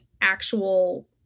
actual